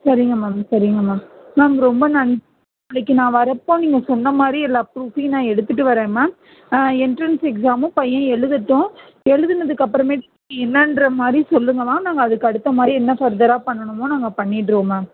சரிங்க மேம் சரிங்க ma'am ma'am ரொம்ப நன்றிங்க நாளைக்கு நாங்கள் வரப்போ நீங்கள் சொன்ன மாதிரி எல்லா ப்ரூஃபையும் நான் எடுத்துகிட்டு வரேன் மேம் ஆ எண்ட்ரன்ஸ் எக்ஸாமும் பையன் எழுதட்டும் எழுதுனத்துக்கு அப்புறமேட்டுக்கு என்னென்ற மாதிரி சொல்லுங்க மேம் அதுக்கு அடுத்த மாதிரி ஃபர்த்தராக என்ன பண்ணணுமோ நாங்கள் பண்ணிவிடுறோம் மேம்